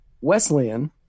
Wesleyan